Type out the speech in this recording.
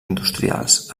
industrials